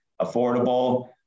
affordable